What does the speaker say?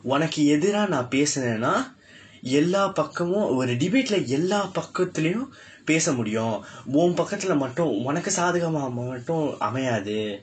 உனக்கு எதிரா நான் பேசினேன எல்லா பக்கமும் ஒரு:unakku ethiraa naan paesineena ellaa pakkamum oru debate இல்ல எல்லா பக்கத்திலும் பேச முடியும் உன் பக்கத்தில மட்டும் உனக்கு சாதகமா மட்டும் அவன் யாரு:illa ellaa pakkaththilum peesa mudiyum un pakkathila matdum unakku saathakamaa matdum avan yaaru